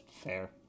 fair